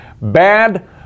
Bad